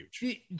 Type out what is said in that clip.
huge